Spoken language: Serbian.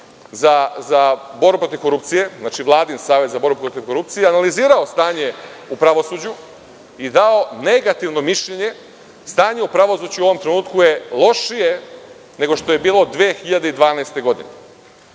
za borbu protiv korupcije, Vladin Savet za borbu protiv korupcije analizirao stanje u pravosuđu i dao negativno mišljenje. Stanje u pravosuđu u ovom trenutku je lošije nego što je bilo 2012. godine.